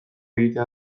egitea